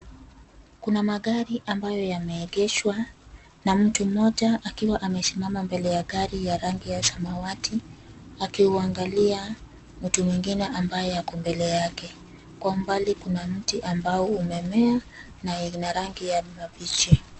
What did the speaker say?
Kuna magari ambayo yameegeshwa na mtu mmoja akiwa amesimama mbele ya gari ya rangi ya samawati akiwaangalia mtu mwingine ambaye ako mbele yake. Kwa umbali kuna mti ambao umemea, na ina rangi ya mabichi.